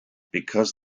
because